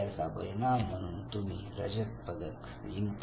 याचा परिणाम म्हणून तुम्ही रजत पदक जिंकता